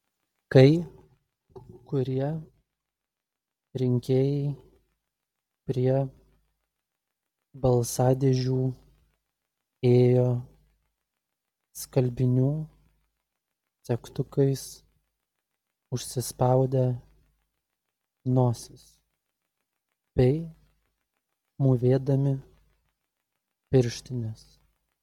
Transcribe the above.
kai kurie rinkėjai prie balsadėžių ėjo skalbinių segtukais užsispaudę nosis bei mūvėdami pirštines